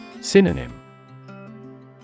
Synonym